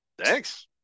Thanks